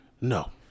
No